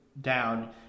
down